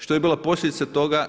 Što je bila posljedica toga?